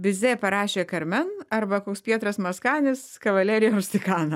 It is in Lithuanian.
bizė parašė karmen arba koks pietras maskanis kavalerija rustikana